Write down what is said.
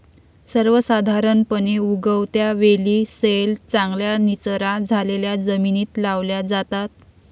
सर्वसाधारणपणे, उगवत्या वेली सैल, चांगल्या निचरा झालेल्या जमिनीत लावल्या जातात